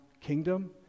kingdom